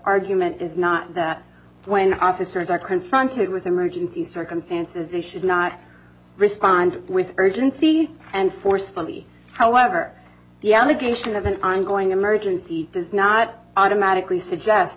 argument is not that when our officers are confronted with emergency circumstances they should not respond with urgency and forcefully however the allegation of an ongoing emergency does not automatically suggest